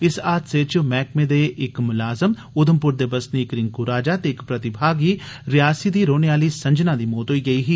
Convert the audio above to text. इस हादसे च मैह्कमे दे इक मुलाज़म उधमपुर दे बसनीक रिंकु राजा ते इक प्रतिभागी रियासी दी रौह्ने आह्ली संजना दी मौत होई गेई ही